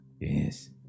Yes